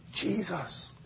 Jesus